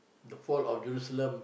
the whole of Jerusalem